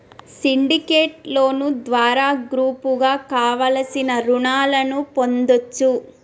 syndicate loan ద్వారా గ్రూపుగా కావలసిన రుణాలను పొందొచ్చు